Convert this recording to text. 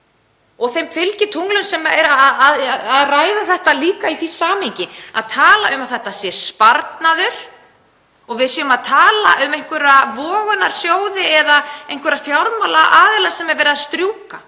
og þeim fylgitunglum sem ræða þetta líka í samhengi þess að þetta sé sparnaður og við séum að tala um einhverja vogunarsjóði eða einhverja fjármálaaðila sem verið er að strjúka.